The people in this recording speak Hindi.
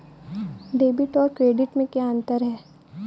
डेबिट और क्रेडिट में क्या अंतर है?